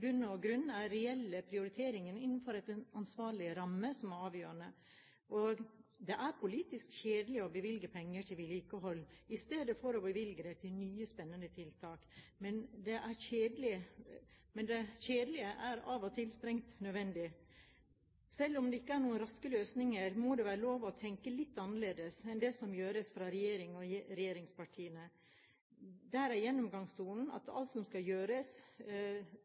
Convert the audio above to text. bunn og grunn er reelle prioriteringer innenfor en ansvarlig ramme som er avgjørende. Det er politisk kjedelig å bevilge penger til vedlikehold i stedet for å bevilge dem til nye, spennende tiltak, men det kjedelige er av og til strengt nødvendig. Selv om det ikke er noen «raske løsninger», må det være lov å tenke litt annerledes enn det som gjøres fra regjeringen og regjeringspartiene. Der er gjennomgangstonen at alt som skal gjøres,